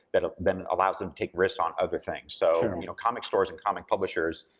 but then allows them to take risks on other things. so and you know comic stores and comic publishers,